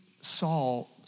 Saul